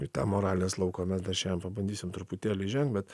į tą moralės lauką mes dar šiandien pabandysim truputėlį įžengt bet